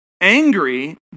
angry